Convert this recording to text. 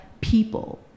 people